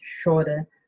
shorter